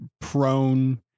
prone